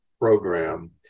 program